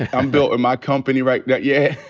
i'm buildin' my company, right? yeah. yeah